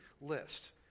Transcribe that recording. list